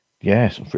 Yes